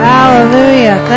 Hallelujah